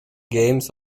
games